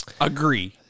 agree